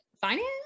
finance